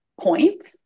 point